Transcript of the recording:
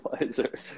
wiser